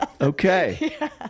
Okay